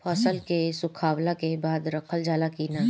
फसल के सुखावला के बाद रखल जाला कि न?